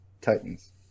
Titans